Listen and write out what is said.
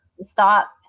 stop